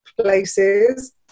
places